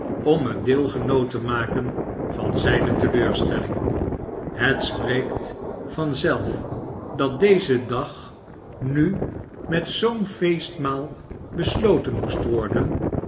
om het deelgenoot te maken van zijne teleurstelling het spreekt van zelf dat deze dag nu met zoo'n feestmaal besloten moest worden